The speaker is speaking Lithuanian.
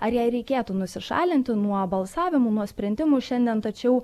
ar jai reikėtų nusišalinti nuo balsavimų nuo sprendimų šiandien tačiau